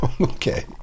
Okay